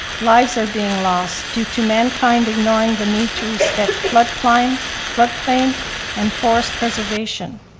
lives are being lost due to mankind ignoring the need to respect floodplain floodplain and forest preservation.